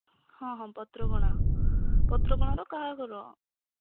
ହଁ ହଁ ପତ୍ରଗଣା ପତ୍ରଗଣାର କାହା ଘର